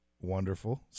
Wonderful